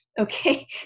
okay